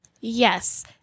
Yes